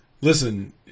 listen